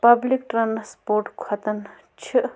public transport کھۄتہٕ چھِ